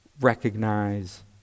recognize